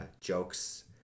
jokes